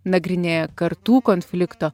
nagrinėja kartų konflikto